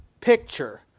picture